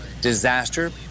disaster